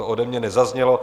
To ode mě nezaznělo.